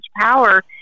power